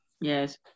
Yes